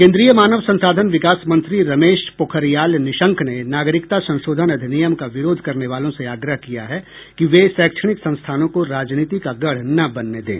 केंद्रीय मानव संसाधन विकास मंत्री रमेश पोखरियाल निशंक ने नागरिकता संशोधन अधिनियम का विरोध करने वालों से आग्रह किया है कि वे शैक्षणिक संस्थानों को राजनीति का गढ़ न बनने दें